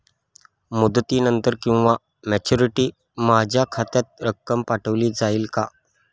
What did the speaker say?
मुदतीनंतर किंवा मॅच्युरिटी माझ्या खात्यात रक्कम पाठवली जाईल का?